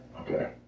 Okay